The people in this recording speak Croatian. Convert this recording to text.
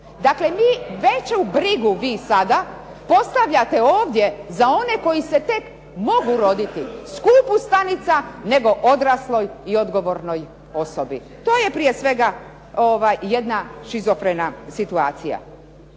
Dakle, vi veću brigu vi sada postavljate ovdje za one koji se tek mogu roditi, skupu stanica, nego odrasloj i odgovornoj osobi. To je prije svega jedna šizofrena situacija.